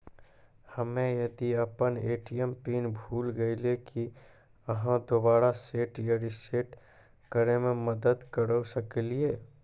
हम्मे यदि अपन ए.टी.एम पिन भूल गलियै, की आहाँ दोबारा सेट या रिसेट करैमे मदद करऽ सकलियै?